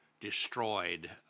destroyed